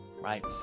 right